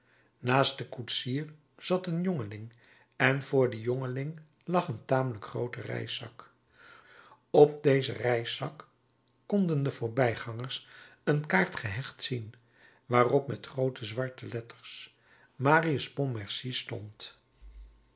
naast den koetsier zat een jongeling en voor dien jongeling lag een tamelijk groote reiszak op dezen reiszak konden de voorbijgangers een kaart gehecht zien waarop met groote zwarte letters marius pontmercy stond